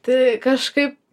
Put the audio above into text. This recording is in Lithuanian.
tai kažkaip